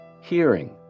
hearing